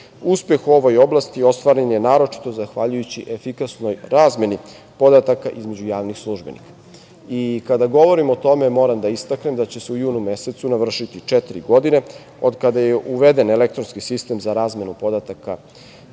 Uspeh u ovoj oblasti ostvaren je naročito zahvaljujući efikasnoj razmeni podataka između javnih službenika. Kada govorim o tome, moram da istaknem da će se u junu mesecu navršiti četiri godine od kada je uveden elektronski sistem za razmenu podataka